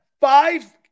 five